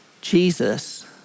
Jesus